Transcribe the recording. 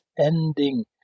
ending